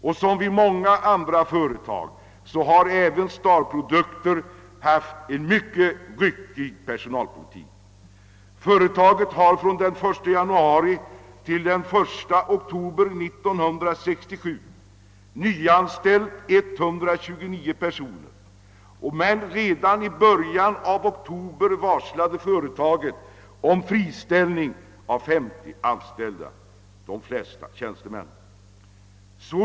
Liksom många andra företag har Star produkter fört en ryckig personalpolitik. Från 1 januari till 1 oktober 1967 nyanställde företaget 129 personer, men redan i början av oktober samma år varslade företaget om friställning av 50 anställda, de flesta tjänstemän.